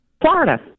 Florida